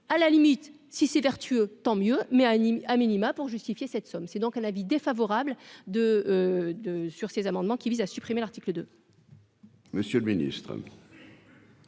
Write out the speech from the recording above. à la limite si c'est vertueux tant mieux mais à Nîmes a minima pour justifier cette somme, c'est donc un avis défavorable de deux sur ces amendements qui visent à supprimer l'article de.